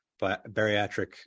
bariatric